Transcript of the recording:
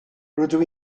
rydw